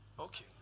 Okay